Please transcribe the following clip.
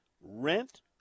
rent